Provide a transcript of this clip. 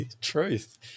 Truth